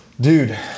Dude